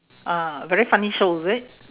ah very funny show is it